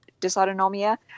dysautonomia